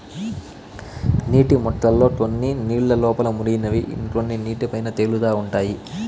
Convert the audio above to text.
నీటి మొక్కల్లో కొన్ని నీళ్ళ లోపల మునిగినవి ఇంకొన్ని నీటి పైన తేలుతా ఉంటాయి